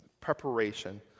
preparation